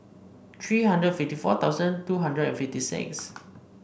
three hundred fifty four thousand two hundred and fifty six